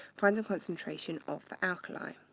find the concentration of the alkali.